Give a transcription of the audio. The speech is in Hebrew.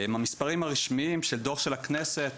המספרים הרשמיים של דוח של הכנסת,